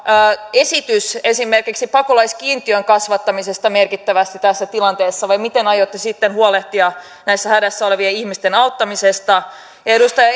esitys esimerkiksi pakolaiskiintiön kasvattamisesta merkittävästi tässä tilanteessa vai miten aiotte sitten huolehtia näiden hädässä olevien ihmisten auttamisesta edustaja